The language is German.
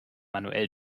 manuell